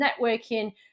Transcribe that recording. networking